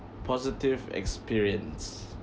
positive experience